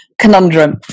conundrum